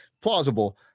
plausible